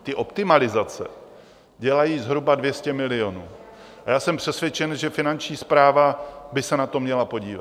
Ty optimalizace dělají zhruba 200 milionů a já jsem přesvědčen, že Finanční správa by se na to měla podívat.